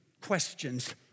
questions